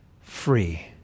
free